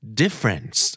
difference